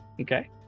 Okay